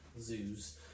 zoos